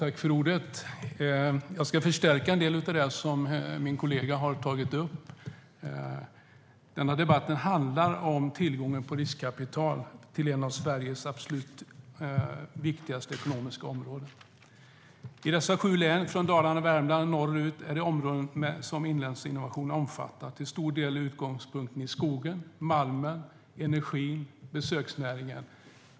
Herr talman! Jag ska förstärka en del av det min kollega har tagit upp. Debatten handlar om tillgången på riskkapital till ett av Sveriges absolut viktigaste ekonomiska områden. I dessa sju län - från Dalarna och Värmland norrut, de områden som Inlandsinnovation omfattar - tar man till stor del sin utgångspunkt i skogen, malmen, energin och besöksnäringen.